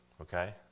okay